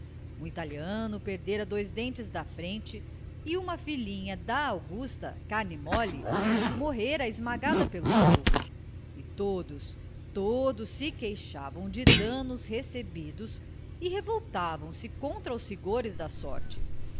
um italiano perdera dois dentes da frente e uma filhinha da augusta carne mole morrera esmagada pelo povo e todos todos se queixavam de danos recebidos e revoltaram se contra os rigores da sorte